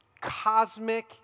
Cosmic